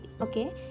okay